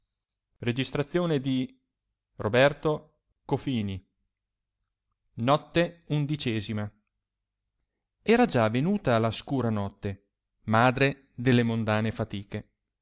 della notte decima notte undecima era già venuta la scura notte madre delle mondane fatiche